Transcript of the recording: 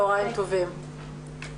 שמענו באמת מגורמי המקצוע,